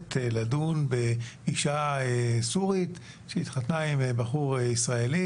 שמתכנסת לדון באישה סורית שהתחתנה עם בחור ישראלי.